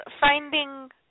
finding